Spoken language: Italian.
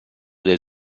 del